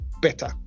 better